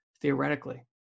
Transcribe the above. theoretically